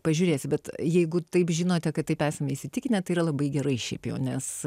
pažiūrėsi bet jeigu taip žinote kad taip esame įsitikinę tai yra labai gerai šiaip jau nes